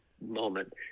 moment